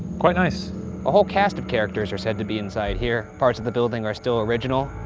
quite nice. a whole cast of characters are said to be inside here. parts of the building are still original,